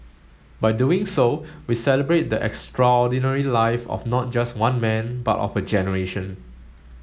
by doing so we celebrate the extraordinary life of not just one man but of a generation